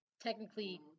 technically